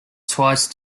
twice